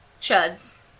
chuds